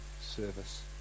service